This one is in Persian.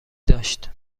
داشت